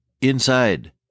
Inside